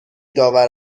داور